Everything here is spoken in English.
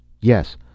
Yes